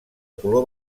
color